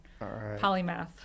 polymath